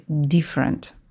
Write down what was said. different